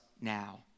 now